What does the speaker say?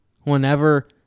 whenever